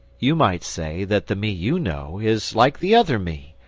you might say that the me you know is like the other me,